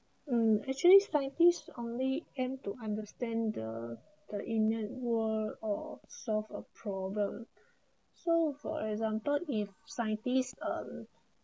mm actually scientists only aim to understand the the inner world or solve a problem so for example if scientists uh